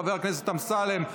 חבר הכנסת אמסלם,